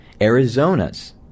Arizona's